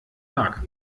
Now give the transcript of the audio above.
mag